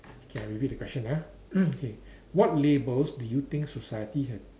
K I repeat the question ah K what labels do you think society have